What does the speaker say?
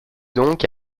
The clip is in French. donc